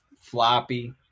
floppy